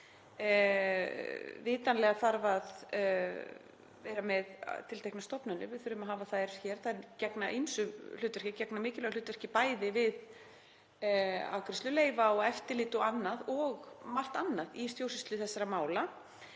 Vitanlega þarf að vera með tilteknar stofnanir. Við þurfum að hafa þær og þær gegna ýmsu hlutverki, gegna mikilvægu hlutverki bæði við afgreiðslu leyfa og eftirlit og margt annað í stjórnsýslu þessara mála.